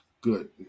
Good